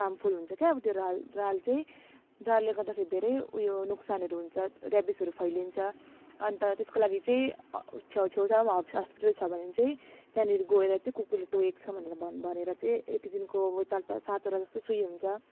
harmful हुन्छ क्या अब त्यो राल राल चाहिँ रालले गर्दाखेरि धेरै उयो नोक्सानहरू हुन्छ ऱ्याबिसहरू फैलिन्छ अन्त त्यसको लागि चाहिँ छेउछाउमा हब हस्पिटल छ भने चाहिँ त्यहाँनिर गएर चाहिँ कुकुरले टोकेको छ भनेर भन भनेर चाहिँ यति दिनको चारवटा सातवटा जस्तो सुई हुन्छ